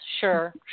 Sure